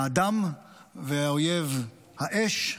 האדם והאויב, האש,